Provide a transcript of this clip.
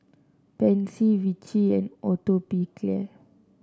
Pansy Vichy and Atopiclair